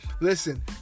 Listen